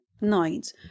night